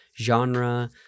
genre